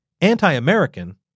anti-American